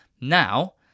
Now